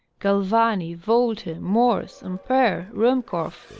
gralvani, volta, morse, ampere, ruhmkorff,